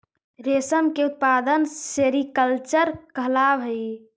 रेशम के उत्पादन सेरीकल्चर कहलावऽ हइ